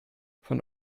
von